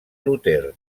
luter